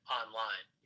online